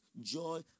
joy